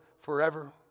forever